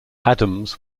adams